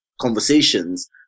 conversations